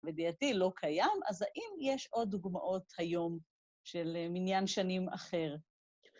ודעתי לא קיים, אז האם יש עוד דוגמאות היום של מניין שנים אחר?